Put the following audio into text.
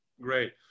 Great